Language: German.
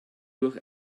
durch